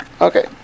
okay